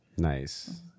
Nice